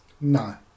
No